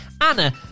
Anna